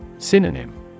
Synonym